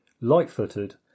light-footed